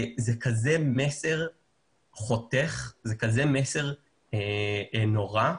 זה מסר חותך, זה מסר נורא,